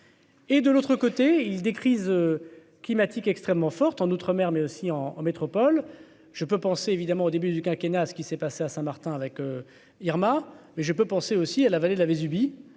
Et de l'autre côté il des crises climatiques extrêmement fortes en outre-mer, mais aussi en en métropole je peux penser évidemment au début du quinquennat ce qui s'est passé à Saint-Martin avec Irma, mais je peux penser aussi à la vallée de la Vésubie,